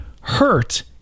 hurt